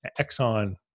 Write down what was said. Exxon